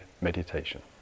meditation